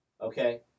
Okay